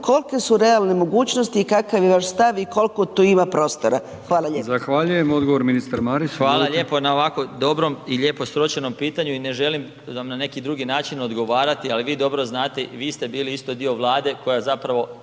kolike su realne mogućnosti i kakav je vaš stav i koliko tu ima prostora? Hvala lijepa. **Brkić, Milijan (HDZ)** Zahvaljujem. Odgovor ministar Marić. Izvolite. **Marić, Zdravko** Hvala lijepo na ovako dobrom i lijepo sročenom pitanju i ne želim vam na neki drugi način odgovarati ali vi dobro znate i vi ste bili isto dio Vlade koja zapravo